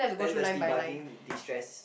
then there's debugging destress